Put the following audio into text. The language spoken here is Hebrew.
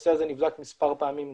הנושא נבדק מספר פעמים שונים,